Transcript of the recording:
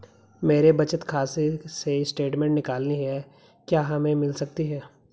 मेरे बचत खाते से स्टेटमेंट निकालनी है क्या हमें मिल सकती है?